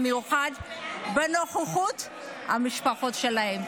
במיוחד בנוכחות המשפחות שלהם.